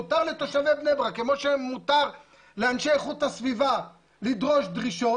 מותר לתושבי בני ברק כמו שמותר לאנשי איכות הסביבה לדרוש דרישות.